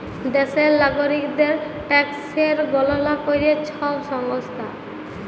দ্যাশের লাগরিকদের ট্যাকসের গললা ক্যরে ছব সংস্থা